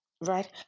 right